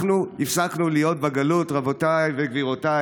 אנחנו הפסקנו להיות בגלות, רבותיי וגבירותיי.